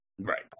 Right